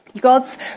God's